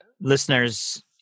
listeners